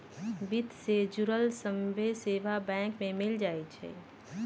वित्त से जुड़ल सभ्भे सेवा बैंक में मिल जाई छई